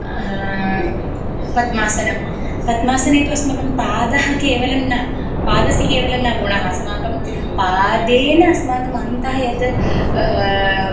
पद्मासनं पद्मासने तु अस्माकं पादः केवलं न पादे केवलं न गुणः अस्माकं पादेन अस्माकम् अन्तः यत्